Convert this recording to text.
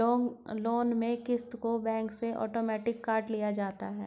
loan में क़िस्त को बैंक से आटोमेटिक काट लिया जाता है